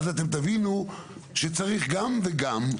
ואז אתם תבינו שצריך גם וגם.